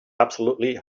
absolutely